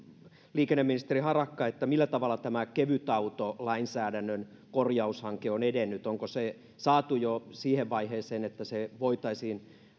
liikenneministeri harakka millä tavalla tämä kevytautolainsäädännön korjaushanke on edennyt onko se saatu jo siihen vaiheeseen että sille voitaisiin